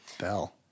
Bell